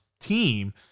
team